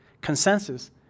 consensus